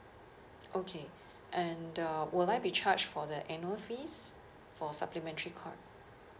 okay and uh will I be charged for the annual fees for supplementary card